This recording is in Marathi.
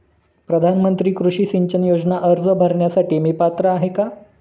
प्रधानमंत्री कृषी सिंचन योजना अर्ज भरण्यासाठी मी पात्र आहे का?